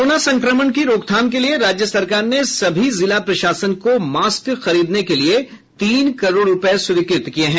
corona की रोकथाम के लिए राज्य सरकार ने सभी जिला प्रशासन को मास्क खरीदने के लिए तीन करोड़ रूपये स्वीकृत किये हैं